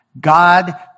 God